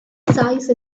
size